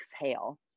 exhale